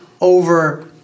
over